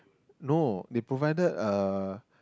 no they provided uh